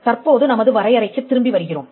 தற்போது நமது வரையறைக்குத் திரும்பி வருகிறோம்